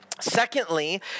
Secondly